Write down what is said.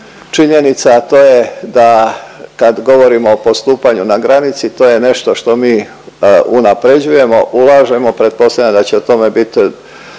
činjenica, a to je da kad govorimo o postupanju na granici to je nešto što mi unapređujemo, ulažemo, pretpostavljam da će o tome bit